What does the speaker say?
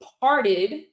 parted